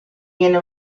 viene